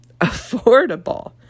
affordable